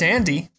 Andy